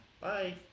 bye